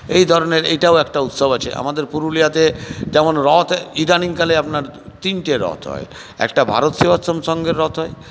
এই ধরনের এইটাও একটা উৎসব আছে আমাদের পুরুলিয়াতে যেমন রথ ইদানিংকালে আপনার তিনটে রথ হয় একটা ভারত সেবাশ্রম সংঘের রথ হয়